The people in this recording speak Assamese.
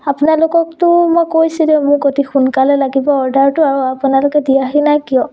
আপোনালোককতো মই কৈছিলোঁ মোক অতি সোনকালে লাগিব অৰ্ডাৰটো আৰু আপোনালোকে দিয়াহি নাই কিয়